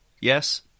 yes